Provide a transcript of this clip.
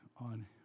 on